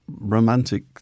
romantic